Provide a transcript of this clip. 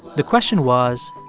the question was,